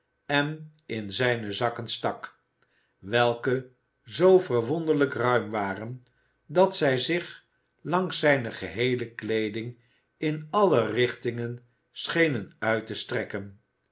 en in zijne zakken stak welke zoo verwonderlijk ruim waren dat zij zich langs zijne geheele kleeding in alle richtingen schenen uit te strekken